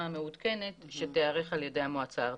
מעודכנת שתיערך על ידי המועצה הארצית.